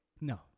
No